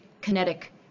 kinetic